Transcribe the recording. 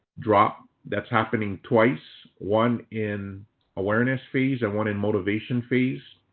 drop that's happening twice, one in awareness phase and one in motivation phase.